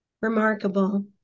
Remarkable